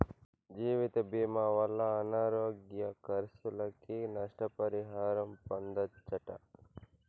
జీవితభీమా వల్ల అనారోగ్య కర్సులకి, నష్ట పరిహారం పొందచ్చట